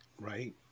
Right